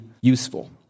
useful